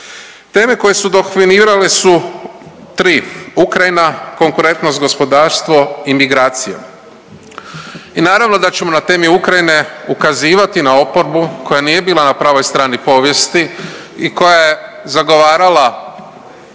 Teme koje su dominirale su tri, Ukrajina, konkurentnost gospodarstvo i migracije. I naravno da ćemo na temi Ukrajine ukazivati na oporbu koja nije bila na pravoj strani povijesti i koja je zagovarala